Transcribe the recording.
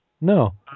No